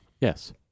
Yes